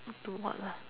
into what lah